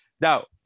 now